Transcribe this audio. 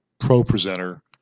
pro-presenter